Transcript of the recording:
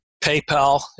PayPal